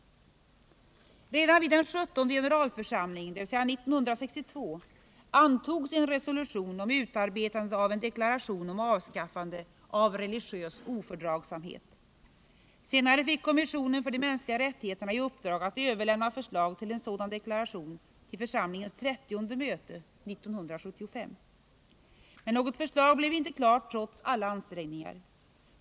Redan vid den sjuttonde generalförsamlingen, dvs. 1962, antogs en resolution om utarbetande av en deklaration om avskaffande av religiös ofördragsamhet. Senare fick kommissionen för de mänskliga rättigheterna i uppdrag att överlämna förslag till en sådan deklaration till församlingens trettionde möte, 1975. Men något förslag blev inte klart trots alla ansträngningar.